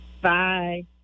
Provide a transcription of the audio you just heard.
Bye